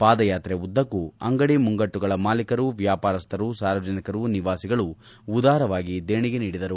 ಪಾದಯಾತ್ರೆ ಉದ್ದಕ್ಕೂ ಅಂಗಡಿ ಮುಂಗಟ್ಟುಗಳ ಮಾಲೀಕರು ವ್ಯಾಪಾರಸ್ಥರು ಸಾರ್ವಜನಿಕರು ನಿವಾಸಿಗಳು ಉದಾರವಾಗಿ ದೇಣೆಗೆ ನೀಡಿದರು